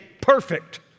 perfect